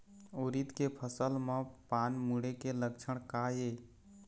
उरीद के फसल म पान मुड़े के लक्षण का ये?